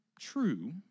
true